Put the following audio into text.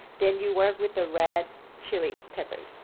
then you work with the red chili peppers.